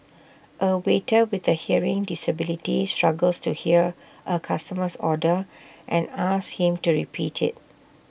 A waiter with A hearing disability struggles to hear A customer's order and asks him to repeat IT